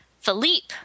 Philippe